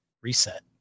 Reset